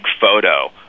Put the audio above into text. photo